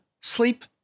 sleep